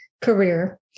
career